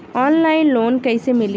Online loan कइसे मिली?